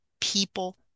people